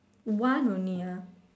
one only ah